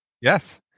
Yes